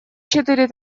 четыре